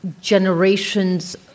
generations